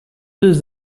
deux